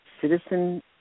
citizen